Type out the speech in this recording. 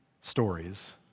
stories